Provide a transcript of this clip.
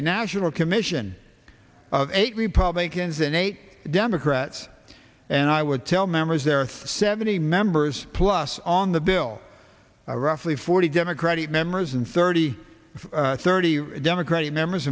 a national commission of eight republicans and eight democrats and i would tell members there are seventy members plus on the bill are roughly forty democratic members and thirty of thirty democratic members